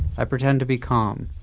i pretend to be calm.